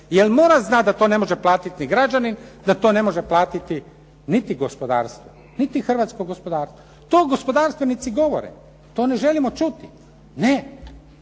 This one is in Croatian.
Jer mora znati da to ne može platiti ni građanin, da to ne može platiti niti gospodarstvo, niti hrvatsko gospodarstvo. To gospodarstvenici govore. To ne želimo čuti, ne.